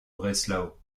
breslau